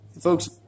Folks